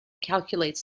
calculates